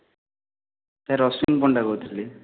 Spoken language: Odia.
ସାର୍ ରଶ୍ମି ପଣ୍ଡା କହୁଥିଲି